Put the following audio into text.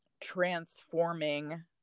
transforming